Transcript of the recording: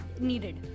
needed